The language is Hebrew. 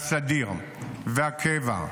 הסדיר, הקבע,